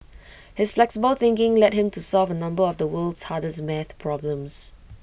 his flexible thinking led him to solve A number of the world's hardest math problems